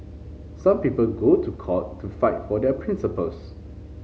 some people go to court to fight for their principles